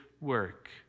work